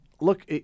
look